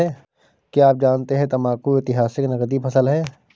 क्या आप जानते है तंबाकू ऐतिहासिक नकदी फसल है